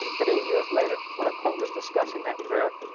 that eight years later when a court was discussing that prayer,